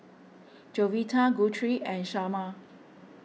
Jovita Guthrie and Shamar